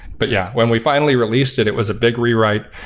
but yeah, when we finally released it, it was a big rewrite,